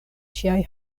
ŝiaj